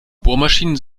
bohrmaschinen